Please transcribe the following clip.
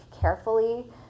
carefully